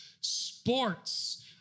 sports